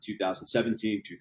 2017